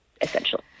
essentially